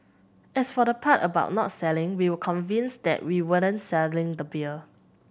as for the part about not selling we were convinced that we weren't selling the beer